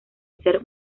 ser